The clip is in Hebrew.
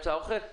אני